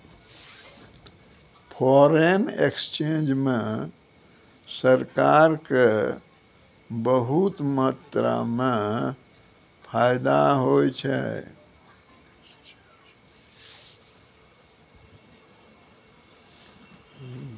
foreign exchange म सरकार क बहुत मात्रा म फायदा होय छै